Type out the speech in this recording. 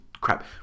crap